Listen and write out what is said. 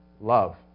Love